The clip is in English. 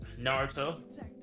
Naruto